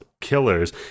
killers